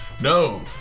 No